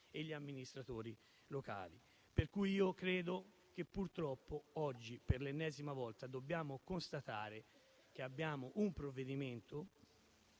e gli amministratori locali. Per questo credo che purtroppo oggi, per l'ennesima volta, dobbiamo constatare che siamo di fronte